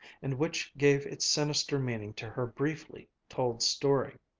and which gave its sinister meaning to her briefly told story